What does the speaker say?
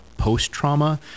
Post-trauma